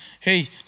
Hey